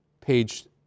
page